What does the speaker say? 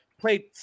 played –